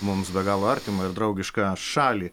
mums be galo artimą ir draugišką šalį